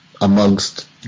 Amongst